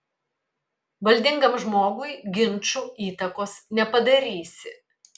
valdingam žmogui ginču įtakos nepadarysi